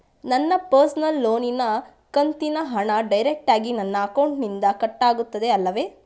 ನನ್ನ ಪರ್ಸನಲ್ ಲೋನಿನ ಕಂತಿನ ಹಣ ಡೈರೆಕ್ಟಾಗಿ ನನ್ನ ಅಕೌಂಟಿನಿಂದ ಕಟ್ಟಾಗುತ್ತದೆ ಅಲ್ಲವೆ?